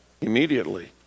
immediately